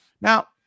Now